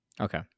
Okay